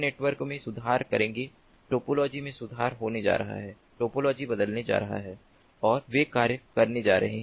वे network में सुधार करेंगे टोपोलॉजी में सुधार होने जा रहा है टोपोलॉजी बदलने जा रहा है और वे कार्य करने जा रहे हैं